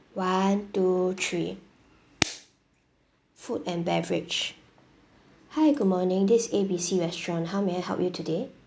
one two three food and beverage hi good morning this is A B C restaurant how may I help you today